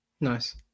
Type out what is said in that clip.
Nice